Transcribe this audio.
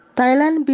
Thailand